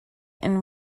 and